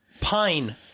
pine